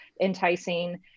enticing